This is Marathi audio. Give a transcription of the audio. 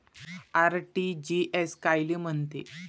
आर.टी.जी.एस कायले म्हनते?